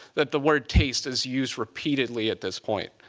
that the word taste is used repeatedly at this point.